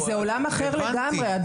זה עולם אחר לגמרי.